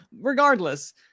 regardless